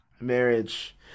marriage